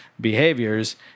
behaviors